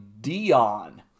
Dion